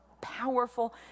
powerful